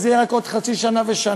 וזה יהיה רק עוד חצי שנה ושנה,